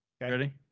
Ready